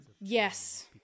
Yes